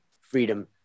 freedom